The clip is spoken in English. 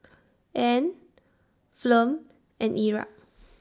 Ann Flem and Erik